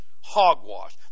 Hogwash